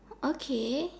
okay